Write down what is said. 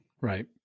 Right